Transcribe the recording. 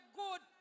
good